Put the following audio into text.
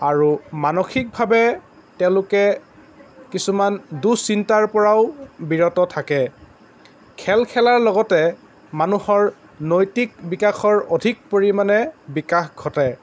আৰু মানসিকভাৱে তেওঁলোকে কিছুমান দুঃচিন্তাৰ পৰাও বিৰত থাকে খেল খেলাৰ লগতে মানুহৰ নৈতিক বিকাশৰ অধিক পৰিমাণে বিকাশ ঘটে